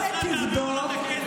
השר וסרלאוף.